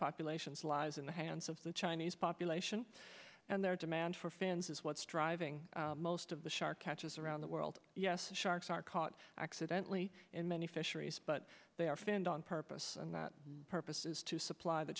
populations lies in the hands of the chinese population and their demand for fans is what's driving most of the shark catches around the world yes the sharks are caught accidentally in many fisheries but they are fanned on purpose and that purpose is to supply the